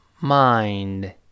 mind